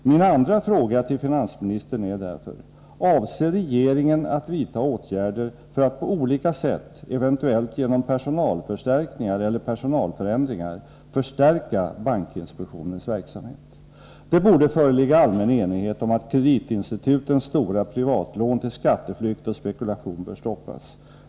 Min andra fråga till finansministern är därför: Avser regeringen att vidta åtgärder för att på olika sätt, eventuellt genom personalförstärkningar eller personalförändringar, förstärka bankinspektionens verksamhet? Det borde föreligga allmän enighet om att kreditinstitutens stora privatlån till skatteflykt och spekulation bör stoppas.